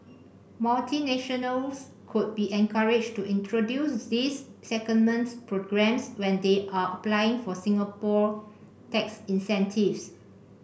multinationals could be encouraged to introduce these secondment programmes when they are applying for Singapore tax incentives